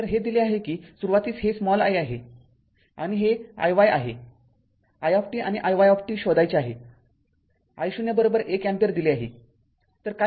तर हे दिले आहे कि सुरुवातीस हे i आहे आणि हे i आहे i आणि iy शोधायचे आहे I0१ अँपिअर दिले आहे